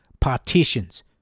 partitions